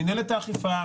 מינהלת האכיפה,